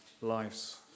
lives